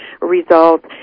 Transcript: results